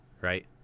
right